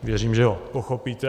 Věřím, že ho pochopíte.